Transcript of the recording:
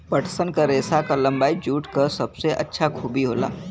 पटसन क रेसा क लम्बाई जूट क सबसे अच्छा खूबी होला